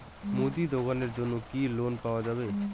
মুদি দোকানের জন্যে কি লোন পাওয়া যাবে?